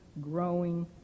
growing